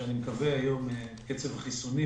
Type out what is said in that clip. אני מקווה שלאור קצב החיסונים,